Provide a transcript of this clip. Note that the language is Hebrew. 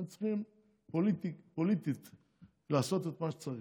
הם צריכים לעשות את מה שצריך